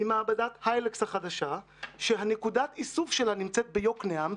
היא מעבדת איילקס החדשה שנקודת האיסוף שלה נמצאת ביוקנעם,